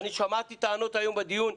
שמעתי היום טענות בדיון,